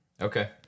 okay